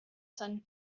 sun